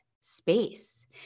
space